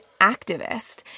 activist